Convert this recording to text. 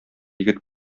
егет